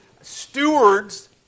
stewards